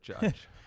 judge